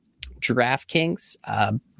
DraftKings